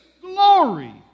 glory